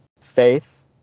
faith